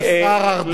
אני מודה לך.